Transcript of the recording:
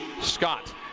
Scott